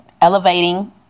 elevating